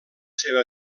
seva